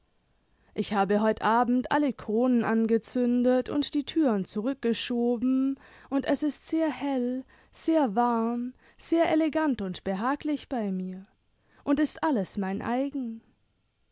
ich habe heut abend alle kronen angezündet und die türen zurückgeschoben und es ist sehr hell sehr warm sehr elegant und behaglich bei mir und ist alles mein eigen